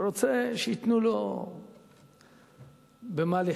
רוצה שייתנו לו במה לחיות.